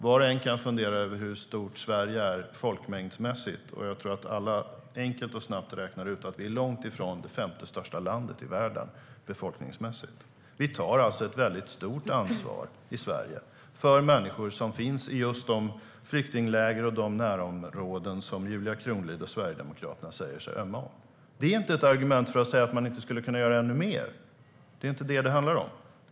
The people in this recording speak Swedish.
Var och en kan fundera över hur stort Sverige är folkmängdsmässigt, och jag tror att alla enkelt och snabbt räknar ut att vi är långt ifrån det femte största landet i världen befolkningsmässigt. Vi tar alltså ett stort ansvar i Sverige för människor som finns i just de flyktingläger och de närområden som Julia Kronlid och Sverigedemokraterna säger sig ömma för. Det är inte ett argument för att säga att man inte skulle kunna göra ännu mer. Det är inte det det handlar om.